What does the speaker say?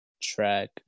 track